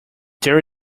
there